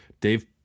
Dave